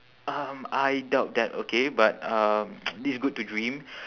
um I doubt that okay but um it's good to dream